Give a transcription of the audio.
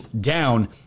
down